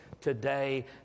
today